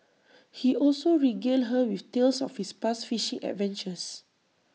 he also regaled her with tales of his past fishing adventures